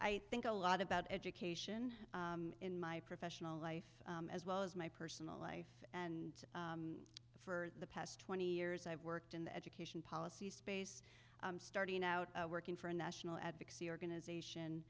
i think a lot about education in my professional life as well as my personal life and for the past twenty years i've worked in the education policy space starting out working for a national advocacy organization